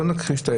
לא נתכחש,